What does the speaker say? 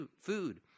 food